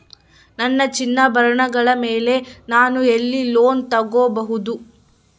ನನ್ನ ಚಿನ್ನಾಭರಣಗಳ ಮೇಲೆ ನಾನು ಎಲ್ಲಿ ಲೋನ್ ತೊಗೊಬಹುದು?